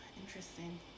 Interesting